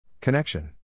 Connection